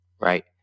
Right